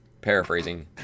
paraphrasing